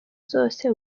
zose